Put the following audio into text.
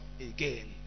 again